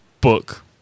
Book